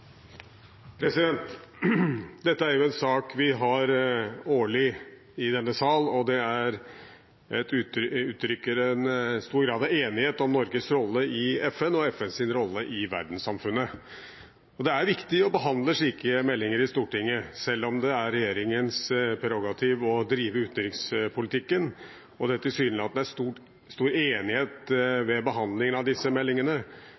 en stor grad av enighet om Norges rolle i FN og FNs rolle i verdenssamfunnet. Det er viktig å behandle slike meldinger i Stortinget, selv om det er regjeringens prerogativ å drive utenrikspolitikken og det tilsynelatende er stor enighet ved behandlingen av disse meldingene.